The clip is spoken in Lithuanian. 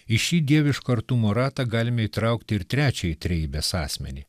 į šį dieviško artumo ratą galime įtraukti ir trečiąjį trejybės asmenį